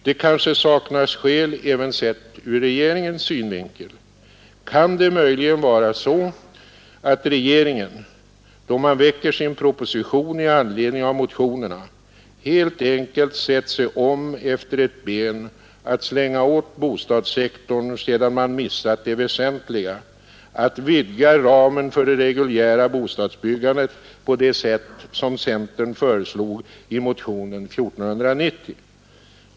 Det kanske saknas skäl även sett ur regeringens synvinkel. Kan det möjligen vara så, att regeringen — då man skriver sin proposition i anledning av motionerna — helt enkelt sett sig om efter ett ben att slänga åt bostadssektorn sedan man missat det väsentliga: att vidga ramen för det reguljära bostadsbyggandet och det som centern föreslog i motionen 1490?